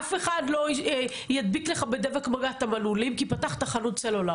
אף אחד לא ידביק לך בדבק מגע את המנעולים כי פתחת חנות סלולר.